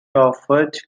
offered